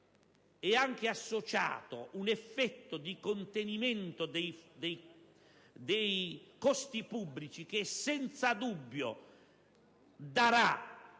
è anche associato un effetto di contenimento dei costi pubblici che, senza dubbio,